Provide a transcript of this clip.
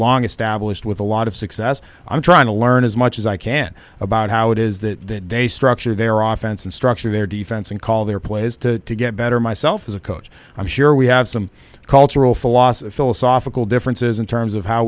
long established with a lot of success i'm trying to learn as much as i can about how it is that they structure their off and structure their defense and call their plays to get better myself as a coach i'm sure we have some cultural philosophy to soften all differences in terms of how